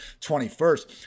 21st